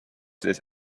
this